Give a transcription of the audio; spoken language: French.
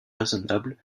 raisonnable